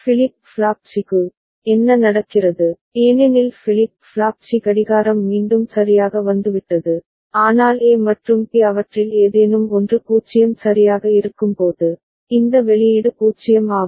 flip flop C க்கு என்ன நடக்கிறது ஏனெனில் ஃபிளிப் ஃப்ளாப் சி கடிகாரம் மீண்டும் சரியாக வந்துவிட்டது ஆனால் ஏ மற்றும் பி அவற்றில் ஏதேனும் ஒன்று 0 சரியாக இருக்கும்போது இந்த வெளியீடு 0 ஆகும்